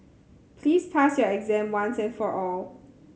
please pass your exam once and for all